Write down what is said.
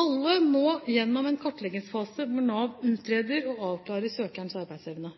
Alle må gjennom en kartleggingsfase hvor Nav utreder og avklarer søkerens arbeidsevne.